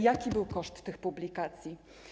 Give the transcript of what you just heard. Jaki był koszt tych publikacji?